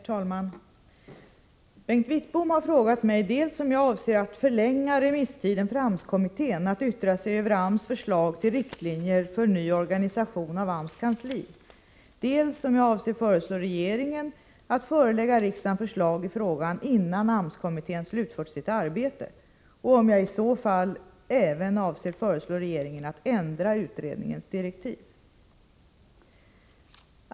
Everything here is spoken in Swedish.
Herr talman! Bengt Wittbom har frågat mig dels om jag avser att förlänga remisstiden för AMS-kommittén att yttra sig över AMS förslag till riktlinjer för ny organisation av AMS kansli, dels om jag avser föreslå regeringen att förelägga riksdagen förslag i frågan innan AMS-kommittén slutfört sitt arbete och om jag i så fall även avser föreslå regeringen att ändra utredningens direktiv.